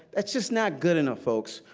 that's just not good enough, folks.